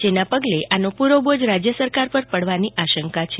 જેને પગલે આનો પુરો બોજ રાજય સરકાર પર પડવાની આશંકા છે